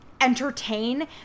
entertain